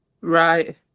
Right